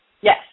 yes